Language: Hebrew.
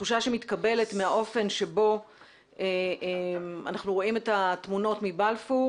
התחושה שמתקבלת מהאופן שבו אנחנו רואים את התמונות מבלפור,